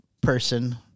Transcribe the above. person